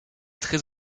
très